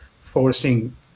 forcing